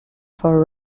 for